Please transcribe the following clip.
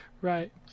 Right